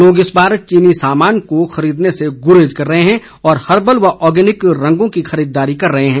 लोग इस बार चीनी सामान को खरीदने से गुरेज कर रहे हैं और हर्बल व ऑर्गेनिक रंगों की खरीददारी कर रहे हैं